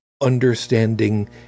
understanding